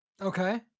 Okay